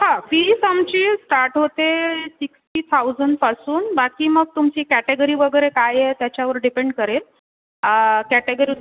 हां फीज आमची स्टार्ट होते सिक्टी थाऊजनपासून बाकी मग तुमची कॅटेगरी वगैरे काय आहे त्याच्यावर डिपेंड करेल कॅटेगरुर्